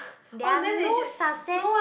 there are no success